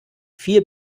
viel